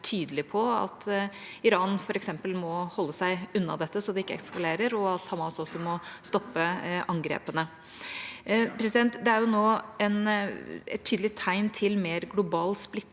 tydelig på at f.eks. Iran må holde seg unna dette, så det ikke eskalerer, og at Hamas også må stoppe angrepene. Det er nå et tydelig tegn til mer global splittelse